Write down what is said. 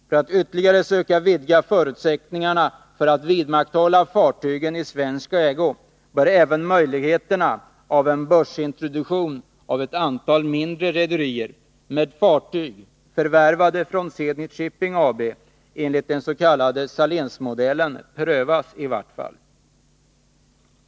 För att ytterligare söka vidga förutsättningarna för att vidmakthålla fartygen i svensk ägo bör även möjligheten av en börsintroduktion av ett antal mindre rederier, med fartyg förvärvade från Zenit Shipping AB enligt den s.k. Salénmodellen, prövas.